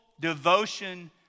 devotion